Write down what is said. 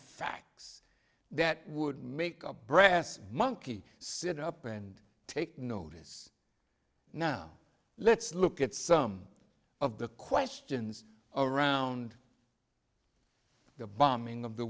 facts that would make a brass monkey sit up and take notice now let's look at some of the questions around the bombing of the